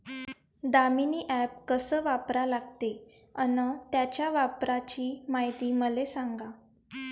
Damini app कस वापरा लागते? अन त्याच्या वापराची मायती मले सांगा